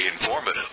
Informative